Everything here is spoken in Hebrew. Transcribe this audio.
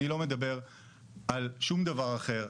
אני לא מדבר על שום דבר אחר,